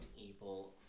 Evil